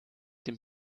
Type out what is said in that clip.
dem